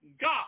God